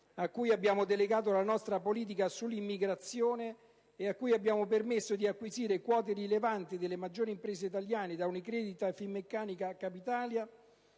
a cui abbiamo delegato la nostra politica sull'immigrazione e a cui abbiamo permesso di acquisire quote rilevanti delle maggiori imprese italiane - da Unicredit, a Finmeccanica e Capitalia